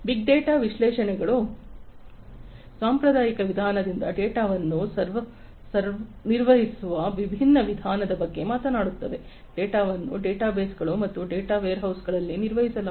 big data ವಿಶ್ಲೇಷಣೆಗಳು ಸಾಂಪ್ರದಾಯಿಕ ವಿಧಾನದಿಂದ ಡೇಟಾವನ್ನು ನಿರ್ವಹಿಸುವ ವಿಭಿನ್ನ ವಿಧಾನದ ಬಗ್ಗೆ ಮಾತನಾಡುತ್ತವೆ ಡೇಟಾವನ್ನು ಡೇಟಾಬೇಸಸ್ ಮತ್ತು ಡೇಟಾ ವೇರ್ಹೌಸಸ್ಗಳಲ್ಲಿ ನಿರ್ವಹಿಸಲಾಗುತ್ತದೆ